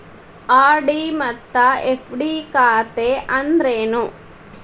RD ಮತ್ತ FD ಖಾತೆ ಅಂದ್ರೇನು